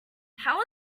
how